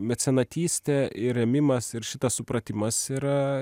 mecenatystė ir rėmimas ir šitas supratimas yra